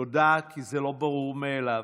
תודה, כי זה לא ברור מאליו.